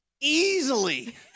easily